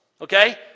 Okay